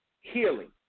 healing